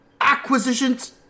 acquisitions